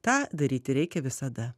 tą daryti reikia visada